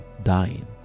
dying